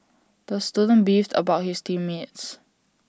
the student beefed about his team mates